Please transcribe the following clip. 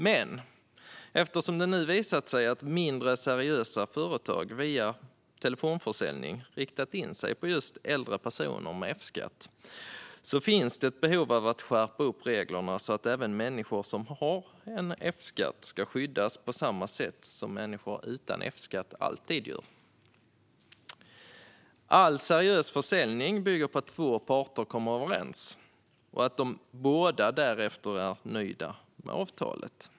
Men eftersom det nu har visat sig att mindre seriösa företag via telefonförsäljning har riktat in sig på just äldre personer med F-skatt finns det ett behov av att skärpa reglerna så att även människor som har F-skatt skyddas på samma sätt som människor som inte har Fskatt. All seriös försäljning bygger på att två parter kommer överens och att båda därefter är nöjda med avtalet.